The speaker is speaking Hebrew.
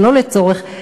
שלא לצורך,